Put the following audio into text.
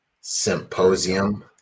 symposium